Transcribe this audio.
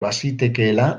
bazitekeela